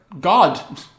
God